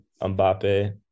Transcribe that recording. Mbappe